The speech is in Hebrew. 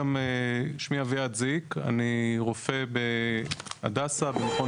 שמי אביעד זיק אני רופא בהדסה במכון